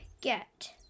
get